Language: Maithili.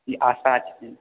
ई आशा